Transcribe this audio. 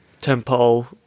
Temple